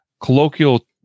colloquial